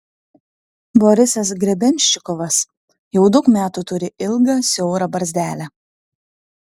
borisas grebenščikovas jau daug metų turi ilgą siaurą barzdelę